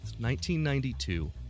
1992